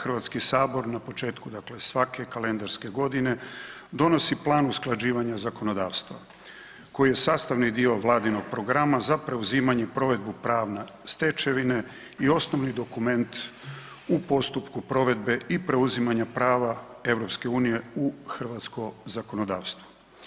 Hrvatski sabor na početku dakle svake kalendarske godine donosi plan usklađivanja zakonodavstva koji je sastavni dio vladinog programa za preuzimanje i provedbu pravne stečevine i osnovni dokument u postupku provedbe i preuzimanja prava EU u hrvatsko zakonodavstvo.